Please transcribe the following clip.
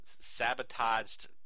sabotaged